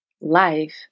life